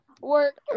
Work